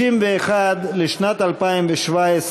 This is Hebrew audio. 91 לשנת 2017,